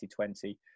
2020